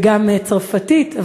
וגם צרפתית,